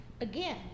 again